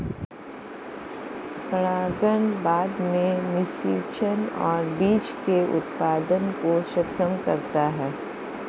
परागण बाद में निषेचन और बीज के उत्पादन को सक्षम करता है